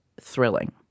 thrilling